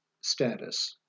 status